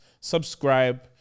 subscribe